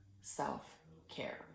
self-care